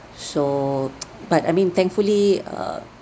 so but I mean thankfully uh